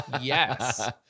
yes